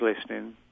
listening